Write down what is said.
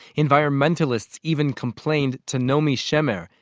environmentalists even complained to naomi shemer,